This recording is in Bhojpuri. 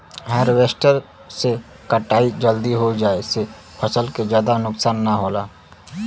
हारवेस्टर से कटाई जल्दी हो जाये से फसल के जादा नुकसान न होला